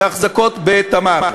71, שני נמנעים.